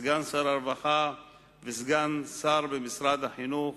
סגן שר הרווחה וסגן שר במשרד החינוך,